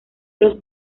los